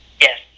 Yes